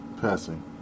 passing